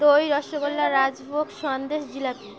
দই রসগোল্লা রাজভোগ সন্দেশ জিলাপি